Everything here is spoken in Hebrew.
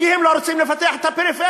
כי הם לא רוצים לפתח את הפריפריה.